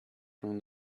from